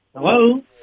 Hello